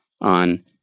on